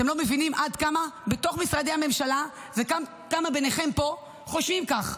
אתם לא מבינים עד כמה בתוך משרדי הממשלה וגם כמה ביניכם פה חושבים כך,